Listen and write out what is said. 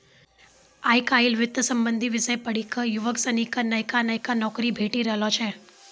आय काइल वित्त संबंधी विषय पढ़ी क युवक सनी क नयका नयका नौकरी भेटी रहलो छै